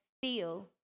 feel